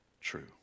true